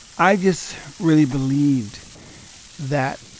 i just really believed that